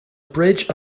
bridge